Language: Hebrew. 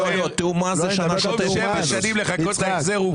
תיאום מס זה שנה שוטפת.